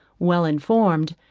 well informed,